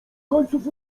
końców